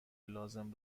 لازم